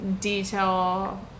detail